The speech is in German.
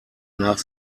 nach